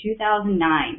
2009